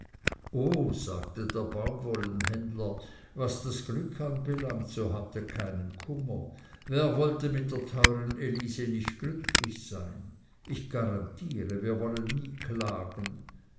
oh sagte der baumwollenhändler was das glück anbelangt so habt keinen kummer wer wollte mit der teuren elise nicht glücklich sein ich garantiere wir wollen nie klagen